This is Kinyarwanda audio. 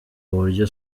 uburyo